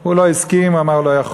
הוא לא הסכים, הוא אמר, לא יכול.